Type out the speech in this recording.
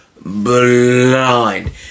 blind